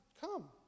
come